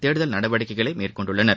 தேடுதல் நடவடிக்கைகளைமேற்கொண்டனர்